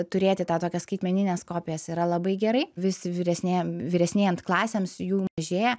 turėti tą tokias skaitmenines kopijas yra labai gerai vis vyresnėj vyresnėjant klasėms jų mažėja